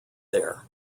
there